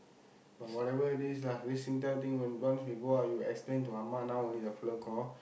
but whatever it is lah this Singtel thing once you go out you extend to அம்மா:ammaa now only the fella call